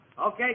Okay